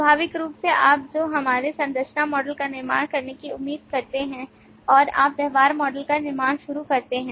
स्वाभाविक रूप से आप जो हमारे संरचना मॉडल का निर्माण करने की उम्मीद करते हैं और आप व्यवहार मॉडल का निर्माण शुरू करते हैं